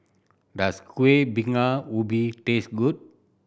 does Kueh Bingka Ubi taste good